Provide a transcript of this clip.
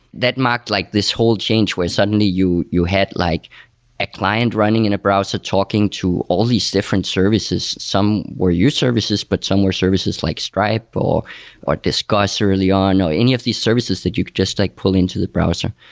that marked like this whole change where suddenly you you had like a client running in a browser talking to all these different services. some were your services, but some were services like stripe or or discussed early on or any of these services that you could just like pull in to the browser.